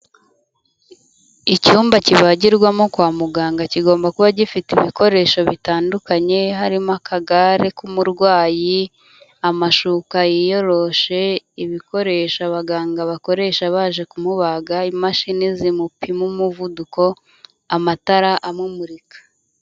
Icyumba kibagirwamo kwa muganga kigomba kuba gifite ibikoresho bitandukanye, harimo akagare k'umurwayi, amashuka yiyoroshe, ibikoresho abaganga bakoresha baje kumubaga, imashini zimupima umuvuduko, amatara amumurika.